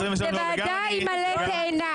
זה ועדה עם עלה תאנה.